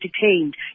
detained